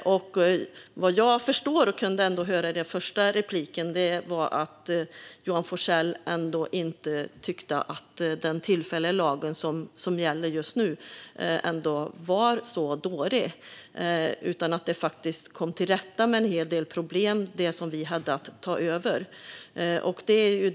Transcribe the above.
Såvitt jag förstår och kunde höra i den första repliken tycker inte Johan Forssell att den tillfälliga lag som gäller just nu är så dålig utan att den faktiskt har kommit till rätta med en hel del av de problem som vi hade att ta över.